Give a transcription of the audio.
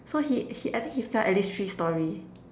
so he he I think he fell at least three storey